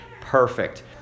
perfect